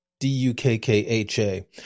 D-U-K-K-H-A